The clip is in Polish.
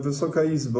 Wysoka Izbo!